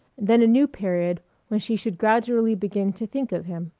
then a new period when she should gradually begin to think of him,